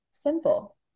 simple